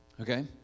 okay